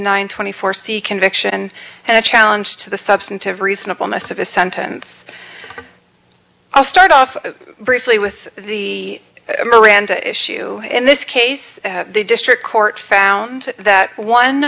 nine twenty four c conviction and a challenge to the substantive reasonableness of his sentence i'll start off briefly with the miranda issue in this case the district court found that one